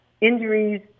injuries